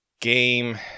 game